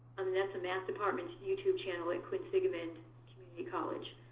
um that's a math department youtube channel at quinsigamond community college.